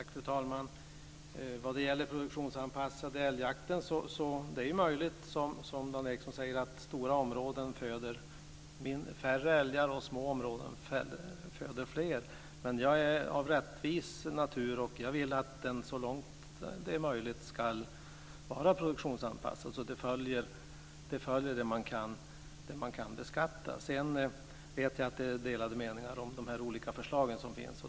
Fru talman! När det gäller den produktionsanpassade älgjakten är det möjligt, som Dan Ericsson säger, att stora områden föder färre älgar och små områden föder fler älgar. Men jag är rättvis till min natur, och jag vill att det så långt det är möjligt ska vara en produktionsanpassad jakt. Det följer det som kan beskattas. Sedan vet jag att det råder delade meningar om de förslag som finns.